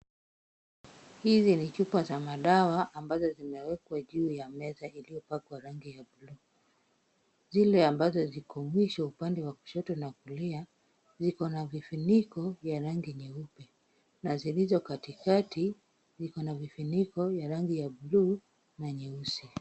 Hizi ni chupa za madawa ambazo zimewekwa juu ya meza iliyopakwa rangi ya blue . Zile ambazo ziko mwisho upande wa kushoto na kulia, ziko na vifuniko vya rangi nyeupe na zilizo katikati, ziko na vifuniko vya rangi ya blue na nyeusi.